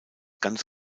ganz